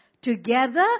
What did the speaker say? Together